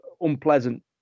unpleasant